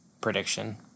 prediction